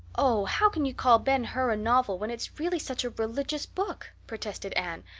oh, how can you call ben hur a novel when it's really such a religious book? protested anne.